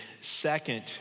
second